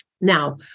Now